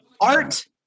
art